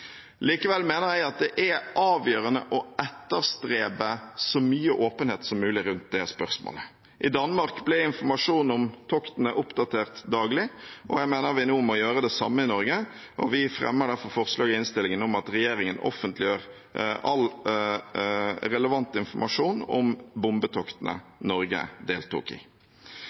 Likevel mener jeg at det er avgjørende å etterstrebe så mye åpenhet som mulig rundt det spørsmålet. I Danmark ble informasjon om toktene oppdatert daglig. Jeg mener vi nå må gjøre det samme i Norge, og vi fremmer derfor forslag i innstillingen om at regjeringen offentliggjør all relevant informasjon om bombetoktene Norge deltok i.